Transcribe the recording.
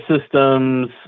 systems